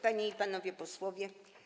Panie i Panowie Posłowie!